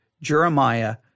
Jeremiah